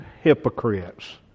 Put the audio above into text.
hypocrites